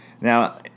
Now